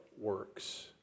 works